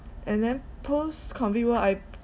and then post COVID world I